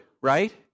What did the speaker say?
right